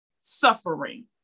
suffering